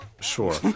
Sure